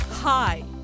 Hi